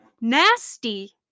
Nasty